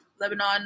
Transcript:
lebanon